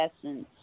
essence